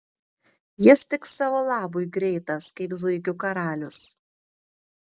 jis tik savo labui greitas kaip zuikių karalius